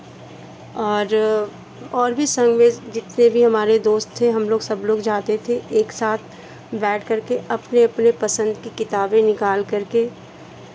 और और भी संग में जितने भी हमारे दोस्त थे हम लोग सब लोग जाते थे एक साथ बैठकर के अपने अपने पसंद की किताबें निकालकर के